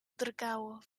drgało